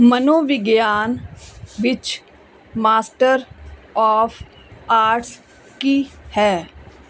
ਮਨੋਵਿਗਿਆਨ ਵਿੱਚ master of arts ਕੀ ਹੈ